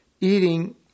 eating